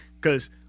Cause